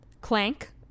Clank